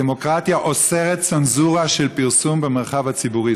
הדמוקרטיה אוסרת צנזורה של פרסום במרחב הציבורי.